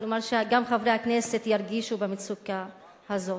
כלומר שגם חברי הכנסת ירגישו במצוקה הזאת.